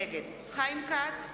נגד חיים כץ,